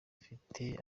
afite